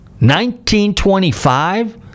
1925